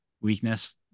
weakness